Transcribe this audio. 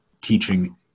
teaching